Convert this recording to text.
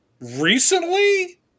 recently